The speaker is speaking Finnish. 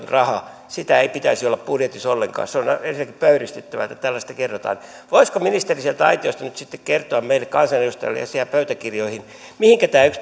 raha sitä ei pitäisi olla budjetissa ollenkaan se on ensinnäkin pöyristyttävää että tällaista kerrotaan voisiko ministeri sieltä aitiosta nyt sitten kertoa meille kansanedustajille ja sinne pöytäkirjoihin mihinkä tämä yksi